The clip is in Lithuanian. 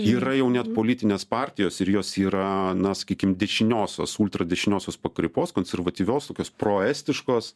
yra jau net politinės partijos ir jos yra na sakykim dešiniosios ultradešiniosios pakraipos konservatyvios tokios proestiškos